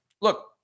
look